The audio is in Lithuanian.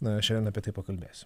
na šiandien apie tai pakalbėsim